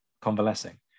convalescing